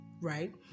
right